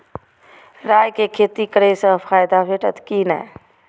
राय के खेती करे स फायदा भेटत की नै?